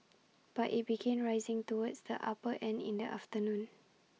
but IT began rising towards the upper end in the afternoon